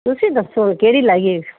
ਤੁਸੀਂ ਦੱਸੋ ਕਿਹੜੀ ਲਾਈਏ